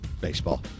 baseball